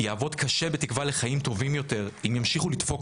יעבוד קשה בתקווה לחיים טובים יותר אם ימשיכו לדפוק